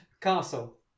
castle